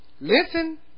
Listen